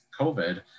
COVID